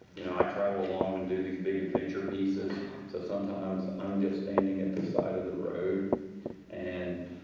you know i travel along and do these big adventure pieces so sometimes i'm just standing at the side of the road and